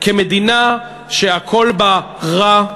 כמדינה שהכול בה רע,